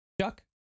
Chuck